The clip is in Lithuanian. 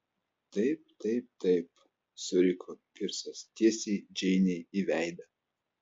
taip taip taip suriko pirsas tiesiai džeinei į veidą